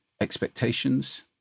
expectations